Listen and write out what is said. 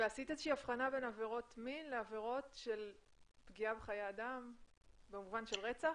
עשית הבחנה בין עבירות מין לעבירות של פגיעה בחיי אדם במובן של רצח?